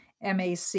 MAC